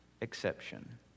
exception